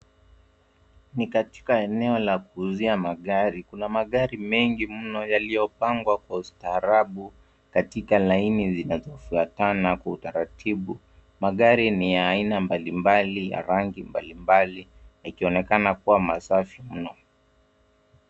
Ni katika eneo la kuuzia magari. Kuna magari mengi mno yaliyopangwa kwa ustaarabu katika laini zinazofuatana kwa utaratibu. Magari ni ya aina mbali mbali ya rangi mbali mbali, yakionekana kua masafi mno.